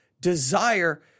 desire